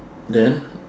then